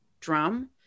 drum